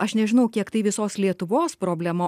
aš nežinau kiek tai visos lietuvos problema